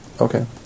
Okay